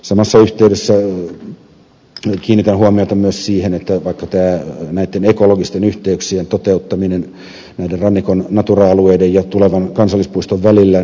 samassa yhteydessä kiinnitän huomiota myös siihen että vaikka näiden ekologisten yhteyksien toteuttaminen näiden rannikon natura alueiden ja tulevan kansallispuiston välillä